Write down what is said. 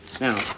Now